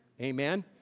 Amen